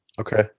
okay